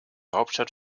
hauptstadt